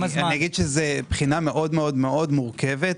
זה בחינה מאוד-מאוד מורכבת.